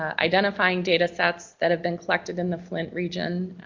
identifying data sets that have been collected in the flint region